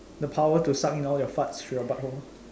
the power to suck in all your farts through your butt hole